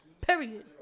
period